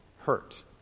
hurt